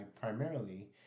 primarily